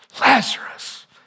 Lazarus